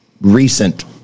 recent